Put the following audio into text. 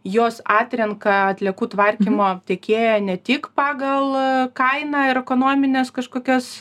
jos atrenka atliekų tvarkymo tiekėją ne tik pagal kainą ir ekonomines kažkokias